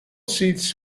seats